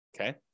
Okay